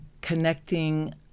connecting